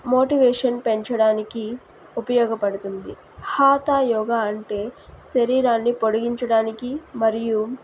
motivation పెంచడానికి ఉపయోగపడుతుంది హఠ యోగా అంటే శరీరాన్ని పొడిగించడానికి మరియు